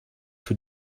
für